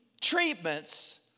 treatments